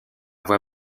voie